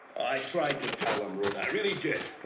i tried to tell them, rhoda. i really did.